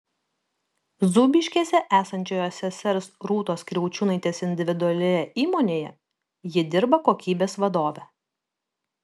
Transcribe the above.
zūbiškėse esančioje sesers rūtos kriaučiūnaitės individualioje įmonėje ji dirba kokybės vadove